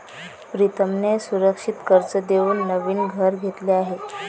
प्रीतमने सुरक्षित कर्ज देऊन नवीन घर घेतले आहे